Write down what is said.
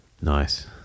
Nice